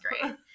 great